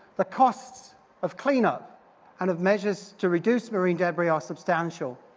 the costs of cleanup and of measures to reduce marine debris are substantial,